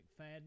McFadden